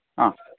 ആ